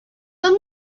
them